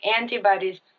antibodies